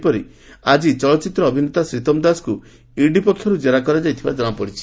ସେହିପରି ଚଳଚ୍ଚିତ୍ର ଅଭିନେତା ଶ୍ରୀତମ ଦାସଙ୍କୁ ଆକି ଇଡି ପକ୍ଷରୁ ଜେରା କରାଯାଇଥିବା ଜଣାପଡିଛି